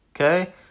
Okay